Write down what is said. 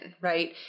right